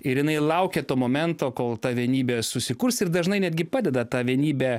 ir jinai laukia to momento kol ta vienybė susikurs ir dažnai netgi padeda tą vienybę